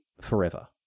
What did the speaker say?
forever